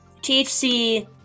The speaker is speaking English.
THC